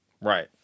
right